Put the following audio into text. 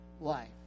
life